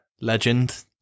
legend